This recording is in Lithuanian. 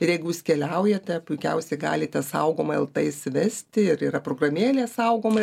ir jeigu jūs keliaujate puikiausiai galite saugomą el t įsivesti ir yra programėlė saugoma